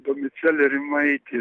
domicelė rimaitė